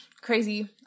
crazy